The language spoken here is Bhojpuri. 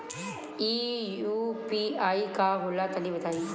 इ यू.पी.आई का होला तनि बताईं?